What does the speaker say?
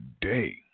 day